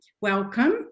welcome